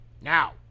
now